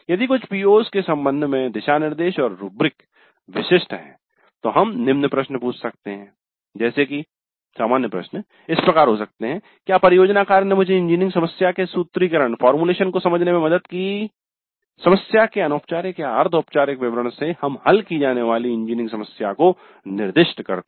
यदि कुछ PO's के संबंध में दिशानिर्देश और रूब्रिक विशिष्ट हैं तो हम निम्न प्रश्न पूछ सकते हैं जैसे की सामान्य प्रश्न इस प्रकार हो सकते हैं क्या परियोजना कार्य ने मुझे इंजीनियरिंग समस्या के सूत्रीकरण को समझने में मदद की समस्या के अनौपचारिक या अर्ध औपचारिक विवरण से हम हल की जाने वाली इंजीनियरिंग समस्या को निर्दिष्ट करते हैं